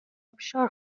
ابشار